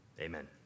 Amen